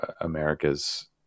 america's